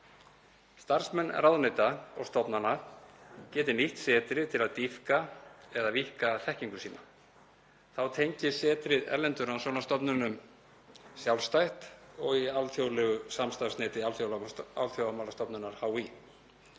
Starfsmenn ráðuneyta og stofnana geti nýtt setrið til að dýpka eða víkka þekkingu sína. Þá tengist setrið erlendum rannsóknastofnunum sjálfstætt og í alþjóðlegu samstarfsneti Alþjóðamálastofnunar HÍ.